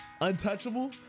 Untouchable